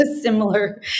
similar